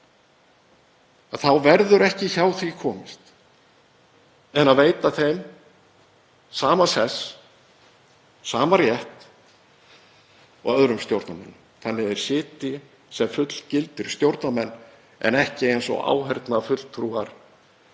verður ekki hjá því komist að veita þeim sama sess, sama rétt og öðrum stjórnarmönnum þannig að þeir sitji sem fullgildir stjórnmálamenn en ekki eins og áheyrnarfulltrúar